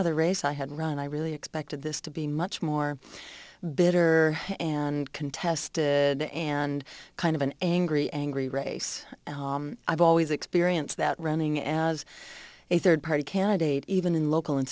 other race i had run and i really expected this to be much more bitter and contested and kind of an angry angry race i've always experience that running as a third party candidate even in local